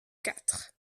quatre